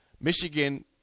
Michigan